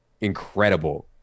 incredible